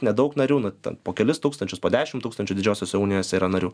nedaug narių na ten po kelis tūkstančius po dešim tūkstančių didžiosiose unijose yra narių